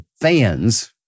fans